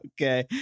Okay